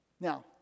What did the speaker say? Now